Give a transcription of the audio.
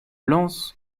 lens